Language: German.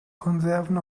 konserven